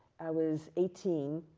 i was eighteen.